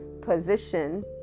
position